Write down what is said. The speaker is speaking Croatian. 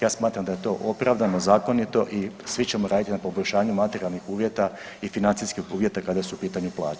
Ja smatram da je to opravdano, zakonito i svi ćemo raditi na poboljšanju materijalnih uvjeta i financijskih uvjeta kada su u pitanju plaće.